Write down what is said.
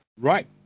Right